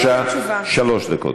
בבקשה, שלוש דקות.